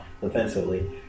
defensively